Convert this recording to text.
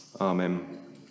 amen